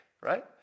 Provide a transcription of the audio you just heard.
right